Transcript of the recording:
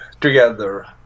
together